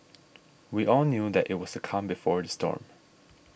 we all knew that it was a calm before the storm